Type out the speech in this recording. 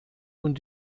und